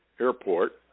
airport